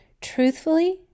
Truthfully